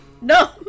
No